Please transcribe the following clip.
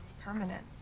permanent